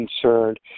concerned